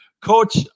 Coach